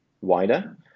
wider